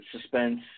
suspense